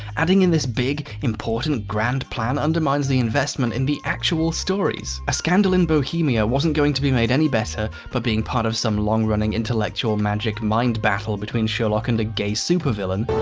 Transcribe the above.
adding in this big, important grand plan undermines the investment in the actual stories. a scandal in bohemia wasn't going to be made any better by being part of some long-running intellectual magic mind battle between sherlock and a gay supervillain.